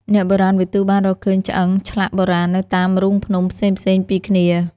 អ្នកបុរាណវិទូបានរកឃើញឆ្អឹងឆ្លាក់បុរាណនៅតាមរូងភ្នំផ្សេងៗពីគ្នា។